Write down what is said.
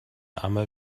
armer